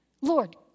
Lord